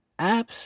apps